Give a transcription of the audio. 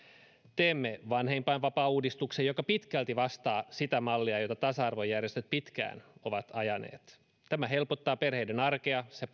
teemme vanhempainvapaauudistuksen joka pitkälti vastaa sitä mallia jota tasa arvojärjestöt pitkään ovat ajaneet tämä helpottaa perheiden arkea se